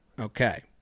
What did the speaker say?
Okay